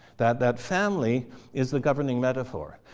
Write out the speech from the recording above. that that family is the governing metaphor.